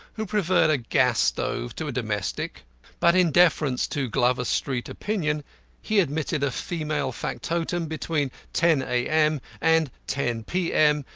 who preferred a gas stove to a domestic but in deference to glover street opinion he admitted a female factotum between ten a m. and ten p m,